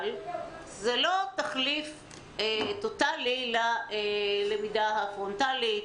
אבל זה לא תחליף טוטלי ללמידה הפרונטלית,